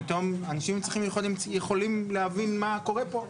פתאום אנשים עם צרכים מיוחדים יכולים להבין מה קורה פה,